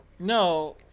No